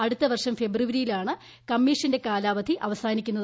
അടുത്തവർഷ്ടം ഫെബ്രുവരിയിലാണ് കമ്മീഷന്റെ കാലാവധി അവസാനിക്കുന്നത്